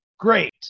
great